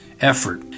effort